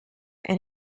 and